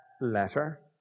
letter